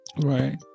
Right